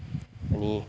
अनि